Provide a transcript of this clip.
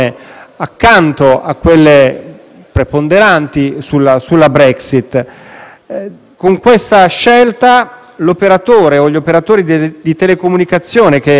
preponderanti sulla Brexit. Con questa scelta l'operatore o gli operatori di telecomunicazione che vorranno acquisire le reti